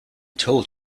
told